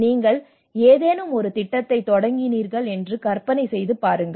நீங்கள் ஏதேனும் ஒரு திட்டத்தைத் தொடங்கினீர்கள் என்று கற்பனை செய்து பாருங்கள்